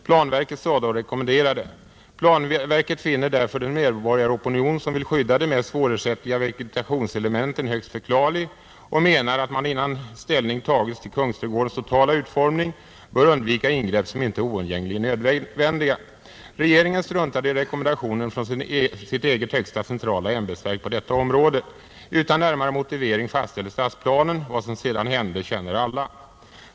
Planverket sade och rekommenderade: ”Planverket finner därför den medborgaropinion, som vill skydda de mest svårersättliga vegetationselementen högst förklarlig och menar att man innan ställning tagits till Kungsträdgårdens totala utformning bör undvika ingrepp som inte är oundgängligen nödvändiga.” Regeringen struntade i rekommendationen från sitt eget högsta centrala ämbetsverk på detta område. Utan närmare motivering fastställdes stadsplanen. Vad som sedan hände känner alla.